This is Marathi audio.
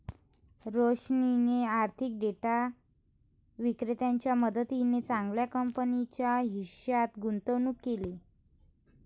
रोशनीने आर्थिक डेटा विक्रेत्याच्या मदतीने चांगल्या कंपनीच्या हिश्श्यात गुंतवणूक केली